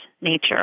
nature